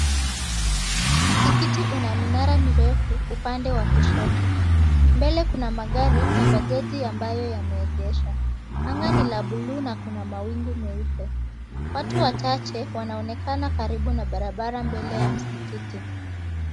Msikiti una minara mirefu upande wa kushoto. Mbele kuna magari na bajaji ambayo yameegeshwa. Anga ni la buluu na kuna mawingu meupe. Watu wachache wanaonekana karibu na barabara mbele ya msikiti.